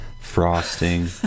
frosting